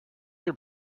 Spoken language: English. your